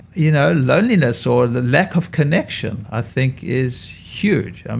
you know loneliness or the lack of connection, i think is huge and